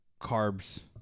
carbs